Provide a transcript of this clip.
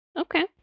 Okay